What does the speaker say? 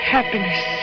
Happiness